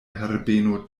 herbeno